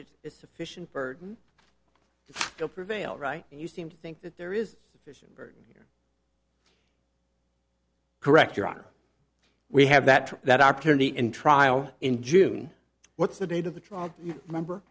it is sufficient burden to prevail right and you seem to think that there is sufficient burden here correct your honor we have that opportunity in trial in june what's the date of the trial remember